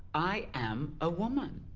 i am a woman.